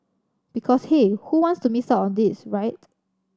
because hey who wants to miss out on this right